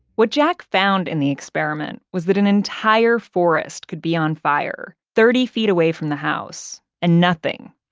what jack found in the experiment was that an entire forest could be on fire, thirty feet away from the house, and nothing.